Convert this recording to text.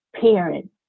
parent